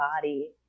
body